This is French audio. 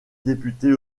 députés